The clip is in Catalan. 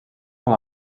com